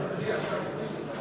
חוק ההוצאה לפועל (תיקון מס' 29) (תיקון מס' 3),